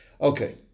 Okay